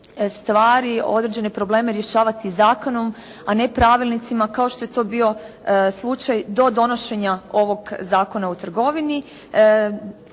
stvari, određene probleme rješavati zakonom, a ne pravilnicima kao što je to bio slučaj do donošenja ovog Zakona o trgovini,